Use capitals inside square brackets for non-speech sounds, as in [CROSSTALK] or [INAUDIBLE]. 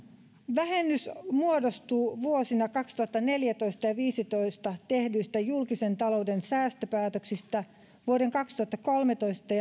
vähennys muodostuu vuosina kaksituhattaneljätoista ja kaksituhattaviisitoista tehdyistä julkisen talouden säästöpäätöksistä vuoden kaksituhattakolmetoista [UNINTELLIGIBLE]